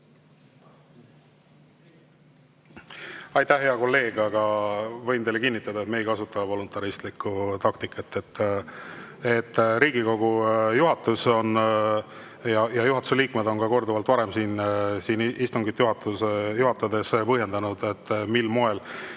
Aitäh, hea kolleeg! Ma võin teile kinnitada, et me ei kasuta voluntaristlikku taktikat. Riigikogu juhatus, juhatuse liikmed on ka korduvalt varem istungit juhatades selgitanud, mil moel,